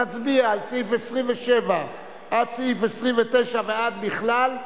נצביע על סעיף 27 עד סעיף 29 ועד בכלל,